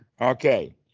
Okay